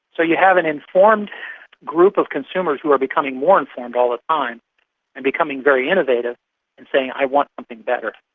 so you have an informed group of consumers who are becoming more informed all the time and becoming very innovative and saying, i want something better,